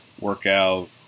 workout